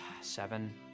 seven